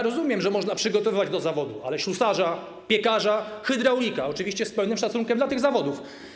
Rozumiem, że można przygotowywać do zawodu, ale ślusarza, piekarza, hydraulika - oczywiście z pełnym szacunkiem dla tych zawodów.